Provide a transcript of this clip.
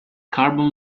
carbon